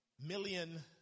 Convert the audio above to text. million